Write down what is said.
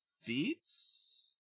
Feats